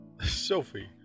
sophie